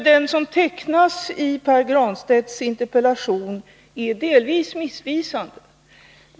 Den som tecknas i Pär Granstedts interpellation är delvis missvisande.